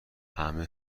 همه